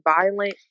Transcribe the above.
violent